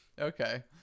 Okay